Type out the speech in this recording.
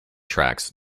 tracks